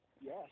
yes